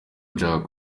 nshaka